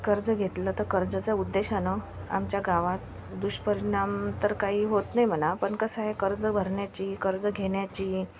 कर्ज घेतलं तर कर्जाच्या उद्देशानं आमच्या गावात दुष्परिणाम तर काही होत नाही म्हणा पण कसं आहे कर्ज भरण्याची कर्ज घेण्याची